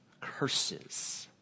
curses